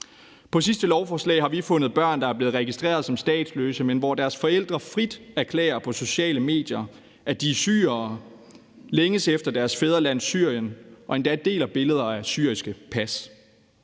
det sidste lovforslag har vi fundet børn, der er blevet registreret som statsløse, men hvor deres forældre frit erklærer på sociale medier, at de er syrere, der længes efter deres fædreland Syrien, og endda deler billeder af syriske pas.